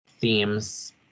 themes